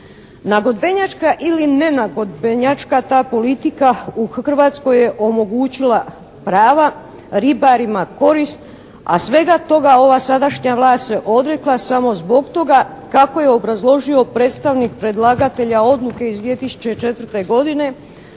Nagodbenjačka ili nenagodbenjačka ta politika u Hrvatskoj je omogućila prava ribarima korist a svega toga ova sadašnja vlast se odrekla samo zbog toga kako je obrazložio predstavnik predlagatelja odluke iz 2004. godine